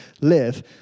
live